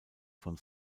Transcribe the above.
von